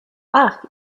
ach